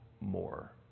more